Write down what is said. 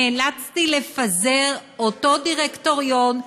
נאלצתי לפזר את אותו דירקטוריון,